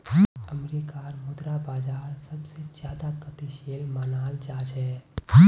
अमरीकार मुद्रा बाजार सबसे ज्यादा गतिशील मनाल जा छे